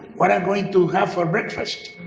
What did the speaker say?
what i'm going to have for breakfast.